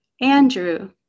Andrew